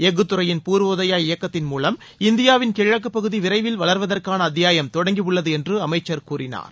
எஃகுத்துறையின் பூர்வோதயா இயக்கத்தின் மூலம் இந்தியாவின் கிழக்குப்பகுதி விரைவில் வளர்வதற்கான அத்தியாயம் தொடங்கியுள்ளது என்று அமைச்சர் கூறினார்